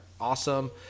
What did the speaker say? awesome